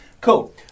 Cool